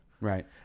Right